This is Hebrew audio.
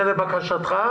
זה לבקשתך,